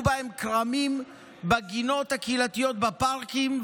בהן כרמים וזיתים בגינות הקהילתיות בפארקים,